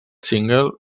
single